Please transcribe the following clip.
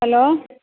hello